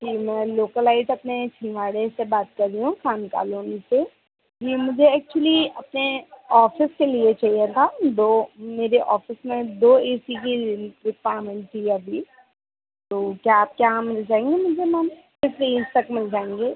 जी मैं लोकल से अपने छिंदवाड़े से बात कर रही हूँ खान कालोनी से जी मुझे एक्चुली अपने ऑफ़िस के लिए चाहिए था दो मेरे ऑफ़िस में दो ए सी की रिक्वायरमेंट थी अभी तो क्या आपके यहाँ मिल जाएँगे मुझे मैम किस रेन्ज तक मिल जाएँगे